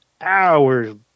hours